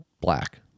black